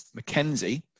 McKenzie